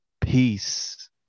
Peace